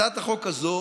הצעת החוק הזאת